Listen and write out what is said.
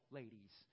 ladies